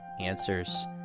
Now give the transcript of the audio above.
answers